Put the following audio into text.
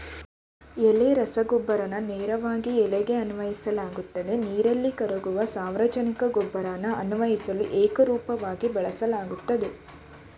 ಎಲೆ ರಸಗೊಬ್ಬರನ ನೇರವಾಗಿ ಎಲೆಗೆ ಅನ್ವಯಿಸಲಾಗ್ತದೆ ನೀರಲ್ಲಿ ಕರಗುವ ಸಾರಜನಕ ಗೊಬ್ಬರನ ಅನ್ವಯಿಸಲು ಏಕರೂಪವಾಗಿ ಬಳಸಲಾಗ್ತದೆ